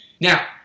Now